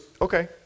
okay